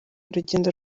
urugendo